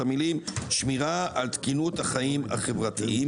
המילים "שמירה על תקינות החיים החברתיים".